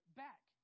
back